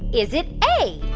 is it a,